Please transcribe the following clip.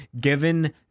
given